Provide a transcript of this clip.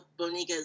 Bonica's